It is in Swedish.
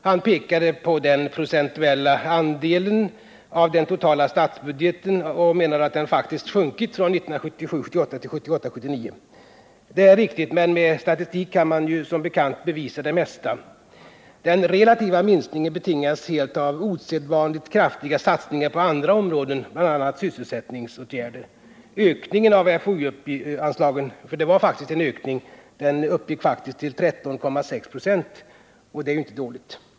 Han pekade på den procentuella andelen av den totala statsbudgeten och menade att den faktiskt sjunkit från 1977 79. Det är riktigt, men med statistik kan man ju som bekant bevisa det mesta. Den relativa minskningen betingas helt av osedvanligt kraftiga satsningar på andra områden, bl.a. på sysselsättningsåtgärder. Ökningen av FoU anslagen, för det var faktiskt en ökning, uppgick i själva verket till 13,6 26, och det är inte dåligt.